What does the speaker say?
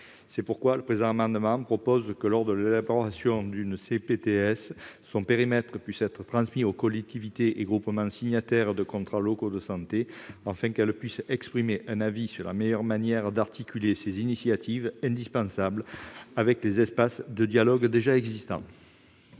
sanitaire. Le présent amendement tend à prévoir que lors de l'élaboration d'une CPTS, son périmètre puisse être transmis aux collectivités et aux groupements signataires de contrats locaux de santé, afin qu'ils puissent donner leur avis sur la meilleure manière d'articuler ces initiatives indispensables avec les espaces de dialogue déjà existants.